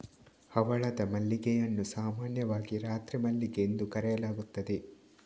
ಹವಳದ ಮಲ್ಲಿಗೆಯನ್ನು ಸಾಮಾನ್ಯವಾಗಿ ರಾತ್ರಿ ಮಲ್ಲಿಗೆ ಎಂದು ಕರೆಯಲಾಗುತ್ತದೆ